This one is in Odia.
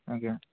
ଆଜ୍ଞା